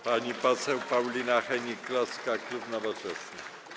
Pani poseł Paulina Hennig-Kloska, klub Nowoczesna.